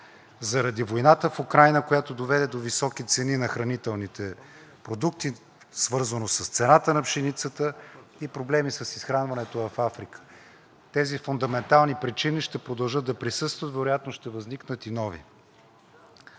заради войната в Украйна, която доведе до високи цени на хранителните продукти, свързано с цената на пшеницата, и проблеми с изхранването в Африка. Тези фундаментални причини ще продължат да присъстват, вероятно ще възникват и нови.